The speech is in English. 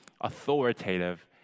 authoritative